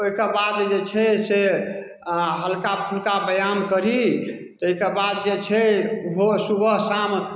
ओइके बाद जे छै से हल्का फुल्का व्यायाम करी तै के बाद जे छै भोर सुबह शाम